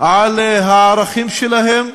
על הערכים שלהם.